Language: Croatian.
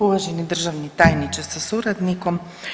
Uvaženi državni tajniče sa suradnikom.